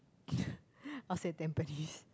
I'll say Tampines